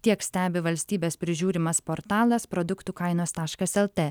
tiek stebi valstybės prižiūrimas portalas produktų kainos taškas lt